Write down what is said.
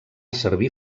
servir